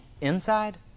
inside